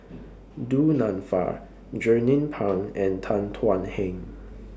Du Nanfa Jernnine Pang and Tan Thuan Heng